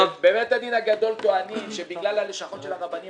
בבית הדין הגדול טוענים שבגלל הלשכות של הרבנים